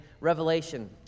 Revelation